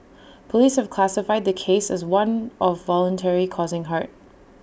Police have classified the case as one of voluntary causing hurt